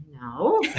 no